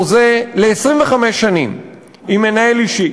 חתמה על חוזה ל-25 שנים עם מנהל אישי,